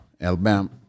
Alabama